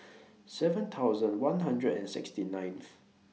seven thousand one hundred and sixty ninth